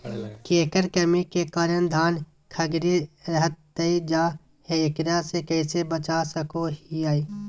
केकर कमी के कारण धान खखड़ी रहतई जा है, एकरा से कैसे बचा सको हियय?